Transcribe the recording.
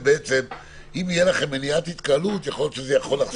שאם תהיה מניעת התקהלות זה יכול לחסוך סגר?